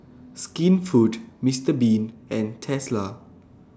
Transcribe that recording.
Skinfood Mister Bean and Tesla